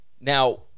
Now